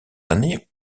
années